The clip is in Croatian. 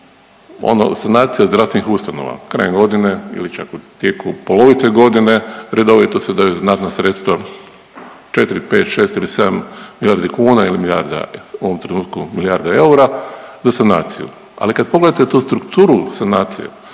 ono sanacija zdravstvenih ustanova krajem godine ili čak u tijeku polovice godine redovito se daju znatna sredstva četri, pet, šest ili sedam milijardi kuna ili milijarda u ovom trenutku milijarda eura za sanaciju, ali kada pogledate tu strukturu sanacije